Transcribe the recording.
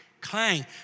clang